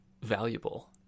valuable